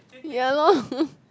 ya lor